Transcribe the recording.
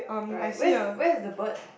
right where's where is the bird